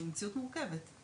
אנחנו נמצאים במציאות מורכבת.